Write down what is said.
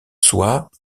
soit